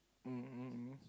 um